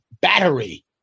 Battery